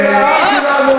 חברת הכנסת בוקר,